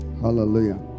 Hallelujah